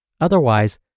Otherwise